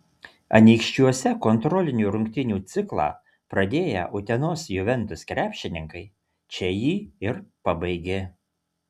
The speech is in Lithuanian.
anykščiuose kontrolinių rungtynių ciklą pradėję utenos juventus krepšininkai čia jį ir pabaigė